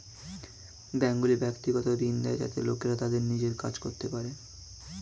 ব্যাঙ্কগুলি ব্যক্তিগত ঋণ দেয় যাতে লোকেরা তাদের নিজের কাজ করতে পারে